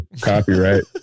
Copyright